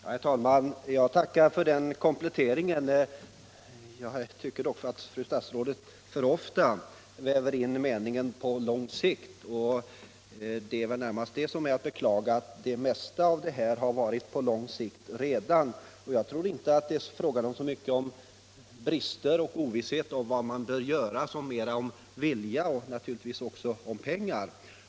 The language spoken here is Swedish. Herr talman! Jag tackar för den kompletteringen. Jag tycker dock att fru statsrådet alltför ofta väver in uttrycket ”på lång sikt”. Och det är väl närmast det som är att beklaga, att man för det mesta talat om den här utbildningen som något ”på lång sikt”. Jag tror inte att det är fråga så mycket om brister och ovisshet om vad som bör göras utan mer handlar om en vilja och naturligtvis om pengar.